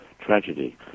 tragedy